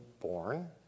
born